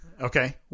Okay